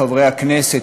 לחברי הכנסת,